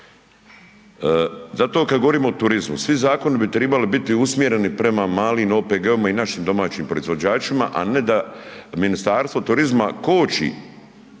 Zato kad govorimo o turizmu, svi zakoni bi tribali biti usmjereni prema malim OPG-ovima i našim domaćim proizvođačima, a ne da Ministarstvo turizma koči,